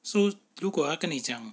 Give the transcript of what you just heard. so 如果他跟你讲